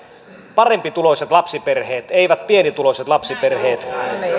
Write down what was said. parempituloiset lapsiperheet eivät pienituloiset lapsiperheet